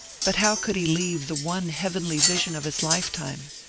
but how could he leave the one heavenly vision of his lifetime?